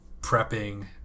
prepping